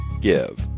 give